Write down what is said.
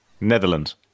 Netherlands